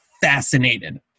fascinated